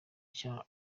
cya